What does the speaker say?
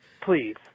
please